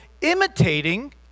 imitating